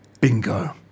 Bingo